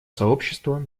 сообщества